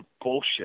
bullshit